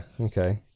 okay